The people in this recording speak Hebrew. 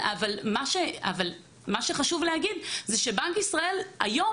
אבל מה שחשוב להגיד זה שבנק ישראל אמר היום